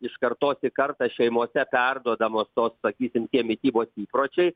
iš kartos į kartą šeimose perduodamos tos sakysim tie mitybos įpročiai